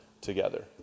together